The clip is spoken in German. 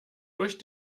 durch